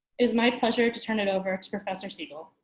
is my pleasure to turn it over to professor siegel.